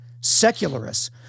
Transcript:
secularists